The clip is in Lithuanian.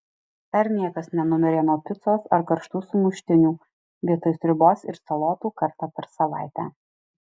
dar niekas nenumirė nuo picos ar karštų sumuštinių vietoj sriubos ir salotų kartą per savaitę